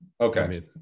Okay